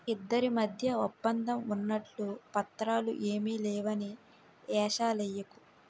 ఇద్దరి మధ్య ఒప్పందం ఉన్నట్లు పత్రాలు ఏమీ లేవని ఏషాలెయ్యకు